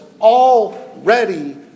already